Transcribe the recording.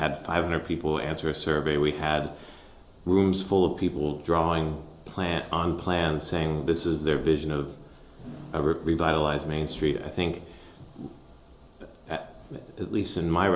had five hundred people answer a survey we had rooms full of people drawing plant on plan saying this is their vision of revitalized main street i think at least in my